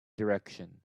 direction